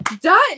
done